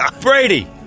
Brady